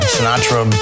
Sinatra